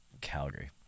calgary